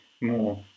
more